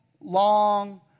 long